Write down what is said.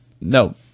no